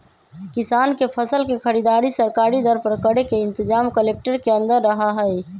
किसान के फसल के खरीदारी सरकारी दर पर करे के इनतजाम कलेक्टर के अंदर रहा हई